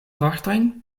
vortojn